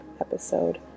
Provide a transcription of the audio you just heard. episode